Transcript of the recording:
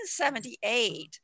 1978